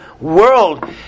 world